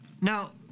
Now